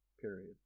period